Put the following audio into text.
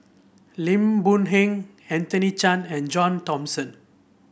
Lim Boon Heng Anthony Chen and John Thomson